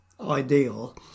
ideal